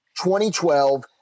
2012